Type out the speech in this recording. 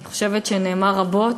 אני חושבת שנאמר רבות,